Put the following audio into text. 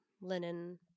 linen